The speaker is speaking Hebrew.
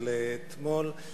של אתמול.